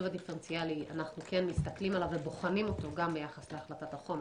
הדיפרנציאלי ובוחנים אותו גם ביחס להחלטת החומש,